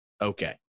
okay